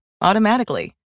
automatically